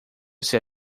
ser